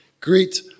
Greet